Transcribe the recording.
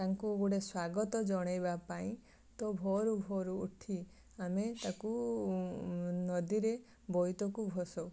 ତାଙ୍କୁ ଗୋଟେ ସ୍ୱାଗତ ଜଣାଇବାପାଇଁ ତ ଭୋରୁ ଭୋରୁ ଉଠି ଆମେ ତାକୁ ନଦୀରେ ବୋଇତକୁ ଭସାଉ